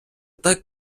так